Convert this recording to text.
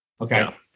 Okay